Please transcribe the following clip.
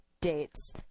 dates